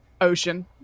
ocean